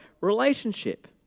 relationship